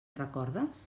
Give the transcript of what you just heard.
recordes